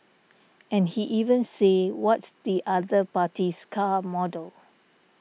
and he can even say what's the other party's car model